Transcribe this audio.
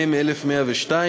מ/1102,